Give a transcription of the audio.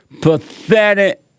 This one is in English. pathetic